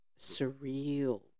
surreal